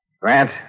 Grant